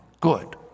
good